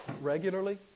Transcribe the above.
regularly